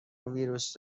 ویروس